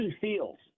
Fields